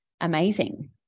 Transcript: amazing